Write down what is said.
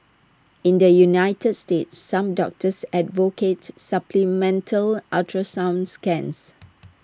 in the united states some doctors advocate supplemental ultrasound scans